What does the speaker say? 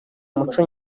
umuco